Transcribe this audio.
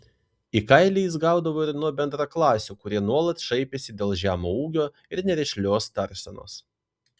į kailį jis gaudavo ir nuo bendraklasių kurie nuolat šaipėsi dėl žemo ūgio ir nerišlios tarsenos